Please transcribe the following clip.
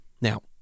Now